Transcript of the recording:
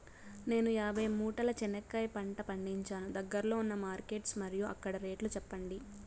నేను యాభై మూటల చెనక్కాయ పంట పండించాను దగ్గర్లో ఉన్న మార్కెట్స్ మరియు అక్కడ రేట్లు చెప్పండి?